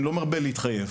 אני לא מרבה להתחייב.